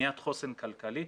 ובניית חוסן כלכלי,